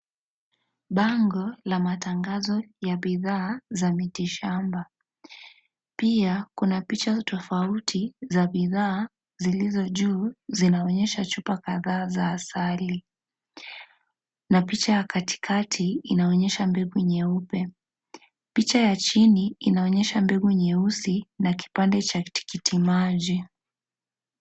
Bango la matangazo ya bidhaa za mitishamba. Pia kuna picha tofauti za bidhaa zilizo juu zinaonyesha chupa kadhaa za asali. Na picha ya katikati inaonyesha mbegu nyeupe, picha ya chini inaonyesha mbegu nyeusi na kipande cha tikiti maji.